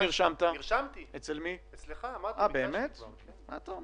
75% נמצאים במסגרות לא מוכרות.